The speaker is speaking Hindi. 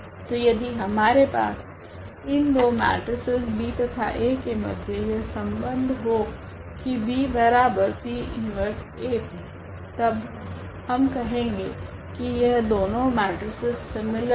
तो यदि हमारे पास इन दो मेट्रिसेस B तथा A के मध्य यह संबंध हो की BP 1 AP तब हम कहेगे की यह दोनों मेट्रिसेस सीमिलर है